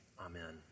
Amen